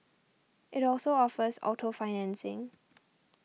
it also offers auto financing